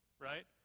right